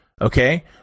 okay